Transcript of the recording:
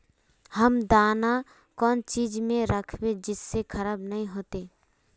हम दाना कौन चीज में राखबे जिससे खराब नय होते?